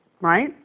right